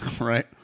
right